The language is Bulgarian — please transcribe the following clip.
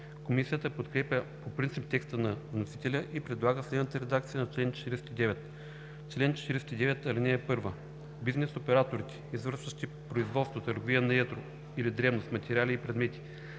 Комисията подкрепя по принцип текста на вносителя и предлага следната редакция на чл. 49: „Чл. 49. (1) Бизнес операторите, извършващи производство, търговия на едро или дребно с материали и предмети,